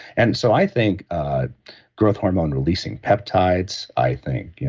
and so, i think growth hormone-releasing peptides, i think,